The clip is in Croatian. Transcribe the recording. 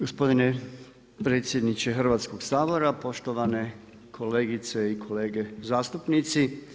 Gospodine predsjedniče Hrvatskog sabora, poštovane kolegice i kolege zastupnici.